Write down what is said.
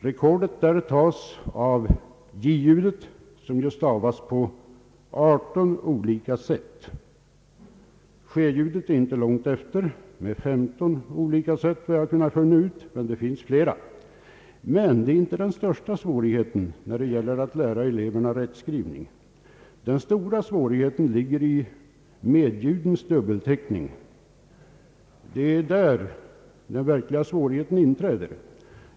Rekordet innehas av j-ljudet, som stavas på 18 olika sätt. Sje-ljudet ligger inte långt efter med 15 olika sätt, enligt vad jag kunnat finna. Den stora svårigheten när det gäller att lära eleverna rättskrivning utgör emellertid medljudens dubbelteckning.